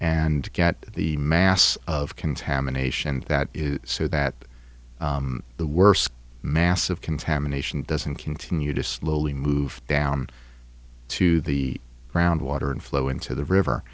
and get the mass of contamination that is so that the worst mass of contamination doesn't continue to slowly move down to the groundwater and flow into the